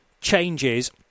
changes